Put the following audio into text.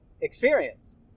experience